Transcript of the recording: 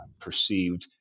perceived